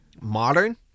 modern